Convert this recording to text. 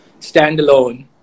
standalone